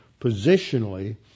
positionally